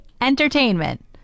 Entertainment